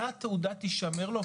אותה תעודה תישמר לו,